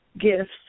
gifts